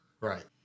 Right